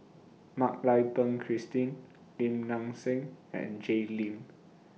Mak Lai Peng Christine Lim Nang Seng and Jay Lim